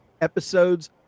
episodes